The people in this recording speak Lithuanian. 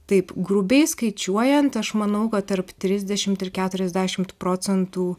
taip grubiai skaičiuojant aš manau kad tarp trisdešimt ir keturiasdešimt procentų